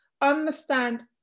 understand